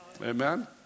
Amen